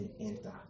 enter